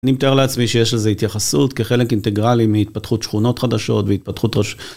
אני מתאר לעצמי שיש לזה התייחסות כחלק אינטגרלי מהתפתחות שכונות חדשות והתפתחות ראש...